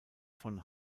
von